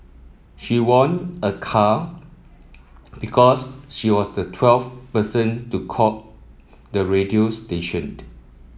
she won a car because she was the twelfth person to call the radio station